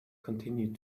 continued